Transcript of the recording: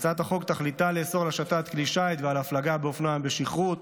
הצעת החוק תכליתה לאסור על השטת כלי שיט ועל הפלגה באופנוע ים בשכרות